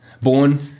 born